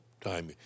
time